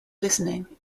listening